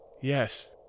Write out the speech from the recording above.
Yes